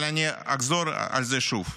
אבל אני אחזור על זה שוב.